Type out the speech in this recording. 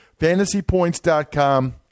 fantasypoints.com